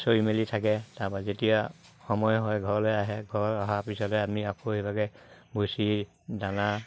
চৰি মেলি থাকে তাৰপা যেতিয়া সময় হয় ঘৰলে আহে ঘৰ অহাৰ পিছতে আমি আকৌ সেইভাগে ভুচি দানা